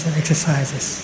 exercises